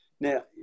now